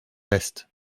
west